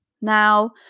Now